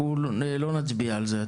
אנחנו לא נצביע על זה,